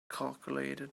calculated